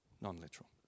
non-literal